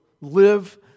live